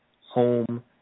home